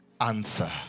answer